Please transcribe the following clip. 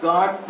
God